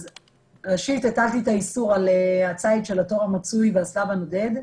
ראשית הטלתי את האיסור על הציד של התור המצוי והשליו הנודד,